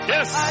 Yes